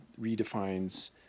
redefines